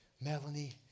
Melanie